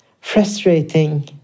frustrating